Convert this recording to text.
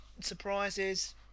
surprises